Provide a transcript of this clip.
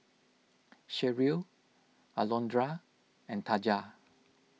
Sherrill Alondra and Taja